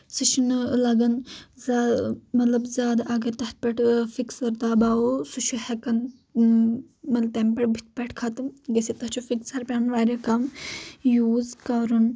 سُہ چھِ نہٕ لگان زیا مطلب زیادٕ اگر تتھ پٮ۪ٹھ فکسر دباوو سُہ چھُ ہیٚکان تمہِ پٮ۪ٹھ بتھہِ پٮ۪ٹھ ختٕم گژھتھ تتھ چھُ فکسر پٮ۪وان واریاہ کم یوز کرُن